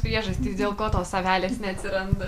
priežastys dėl ko tos avelės neatsiranda